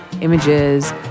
images